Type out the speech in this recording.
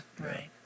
Right